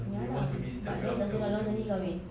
ya lah but dia orang tak sedar dia orang sendiri kahwin